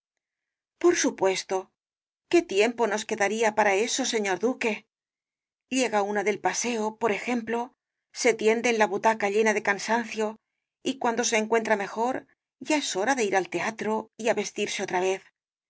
por supuesto qué tiempo nos quedaría para eso señor duque llega una del paseo por ejemplo se tiende en la butaca llena de cansancio y cuando se encuentra mejor ya es hora de ir al teatro y á vestirse otra vez